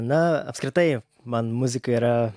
na apskritai man muzika yra